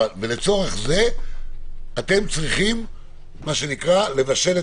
לצורך זה אתם צריכים מה שנקרא "לבשל"